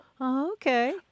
Okay